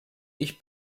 ich